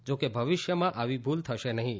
જા કે ભવિષ્યમાં આવી ભુલ થશે નહીં